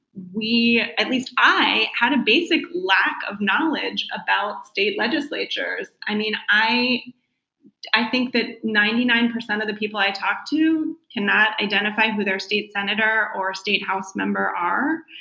we, at least i, had a basic lack of knowledge about state legislatures. i mean i i think that ninety nine percent of the people i talked to cannot identify who their state senator or state house member are.